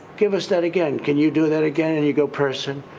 give us that again. can you do that again? and you go person,